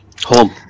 Home